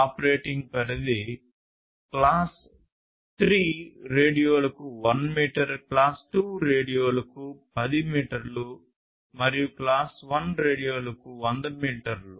operating పరిధి class 3 రేడియోలకు 1 metre class 2 రేడియోలకు 10 మీటర్లు మరియు క్లాస్ 1 రేడియోలకు 100 మీటర్లు